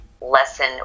lesson